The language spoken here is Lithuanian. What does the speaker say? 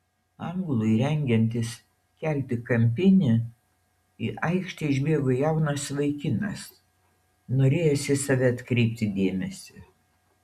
anglui rengiantis kelti kampinį į aikštę išbėgo jaunas vaikinas norėjęs į save atkreipti dėmesį